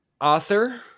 Author